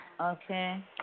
Okay